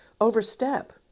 overstep